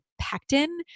pectin